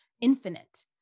infinite